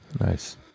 nice